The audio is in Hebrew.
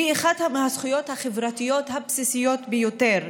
היא אחת הזכויות החברתיות הבסיסיות ביותר,